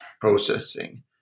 processing